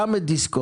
גם את דיסקונט,